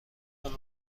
اون